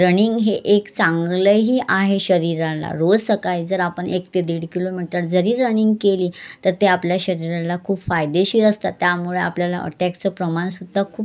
running हे एक चांगलंही आहे शरीराला रोज सकाळी जर आपण एक ते दीड किलोमीटर जरी रनिंग केली तर ते आपल्या शरीराला खूप फायदेशीर असतात त्यामुळे आपल्याला अटॅकचं प्रमाणसुद्धा खूप